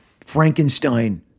Frankenstein